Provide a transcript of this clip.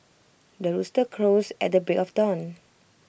the rooster crows at the break of dawn